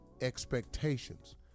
expectations